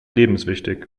lebenswichtig